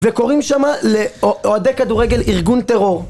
וקוראים שם לאוהדי כדורגל ״ארגון טרור״